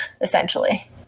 essentially